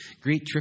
Greet